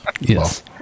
yes